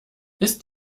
ist